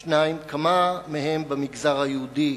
2. כמה מהם במגזר היהודי